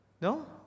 No